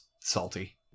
salty